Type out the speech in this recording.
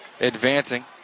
advancing